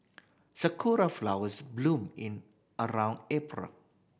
sakura flowers bloom and around April